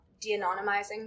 de-anonymizing